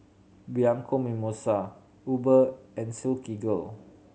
Bianco Mimosa Uber and Silkygirl